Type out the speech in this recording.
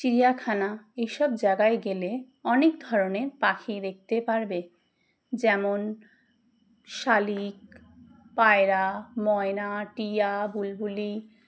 চিড়িয়াখানা এইসব জায়গায় গেলে অনেক ধরনের পাখি দেখতে পারবে যেমন শালিক পায়রা ময়না টিয়া বুলবুলি